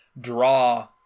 draw